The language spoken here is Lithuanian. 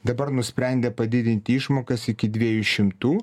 dabar nusprendė padidinti išmokas iki dviejų šimtų